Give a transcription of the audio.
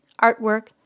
artwork